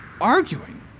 arguing